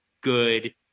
good